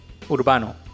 urbano